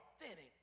authentic